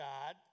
God